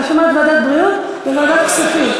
אני שומעת ועדת הבריאות וועדת הכספים.